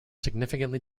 significantly